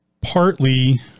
partly